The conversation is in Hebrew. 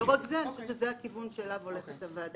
אני חושבת שזה הכיוון שאליו הולכת הוועדה.